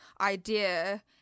idea